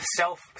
self